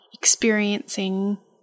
experiencing